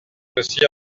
aussi